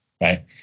right